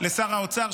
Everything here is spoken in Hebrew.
תודה לשר האוצר,